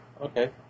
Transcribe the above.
Okay